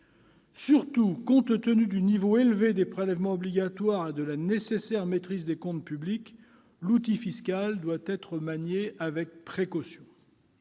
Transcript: Surtout, compte tenu du niveau élevé des prélèvements obligatoires et de la nécessaire maîtrise des comptes publics, l'outil fiscal doit être manié avec précaution.